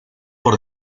por